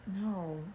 No